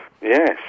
Yes